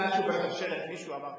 אם משהו בשרשרת, מישהו אמר,